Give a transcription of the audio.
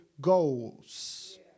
goals